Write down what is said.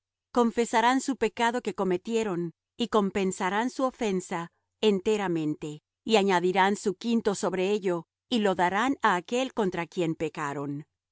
confesarán su pecado que cometieron y compensarán su ofensa enteramente y añadirán su quinto sobre ello y lo darán á aquel contra quien pecaron